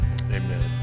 Amen